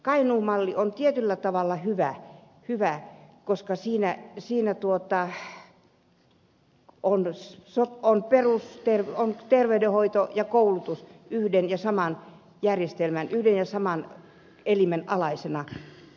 kainuun malli on tietyllä tavalla hyvä koska siinä on terveydenhoito ja koulutus yhden ja saman elimen maakuntavaltuuston alaisena